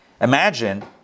Imagine